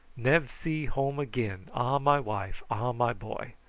nev see home again. ah, my wife! ah, my boy